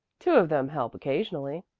two of them help occasionally.